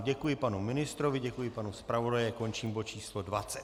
Děkuji panu ministrovi, děkuji panu zpravodaji a končím bod číslo 20.